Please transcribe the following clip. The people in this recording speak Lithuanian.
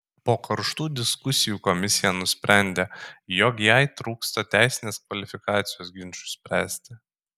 po karštų diskusijų komisija nusprendė jog jai trūksta teisinės kvalifikacijos ginčui spręsti